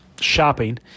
shopping